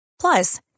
Plus